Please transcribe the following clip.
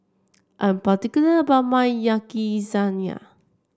I'm particular about my Yakizakana